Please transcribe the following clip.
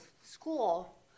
school